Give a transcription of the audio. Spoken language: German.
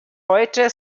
heute